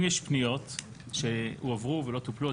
אם יש פניות שהועברו ולא טופלו,